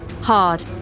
hard